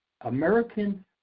American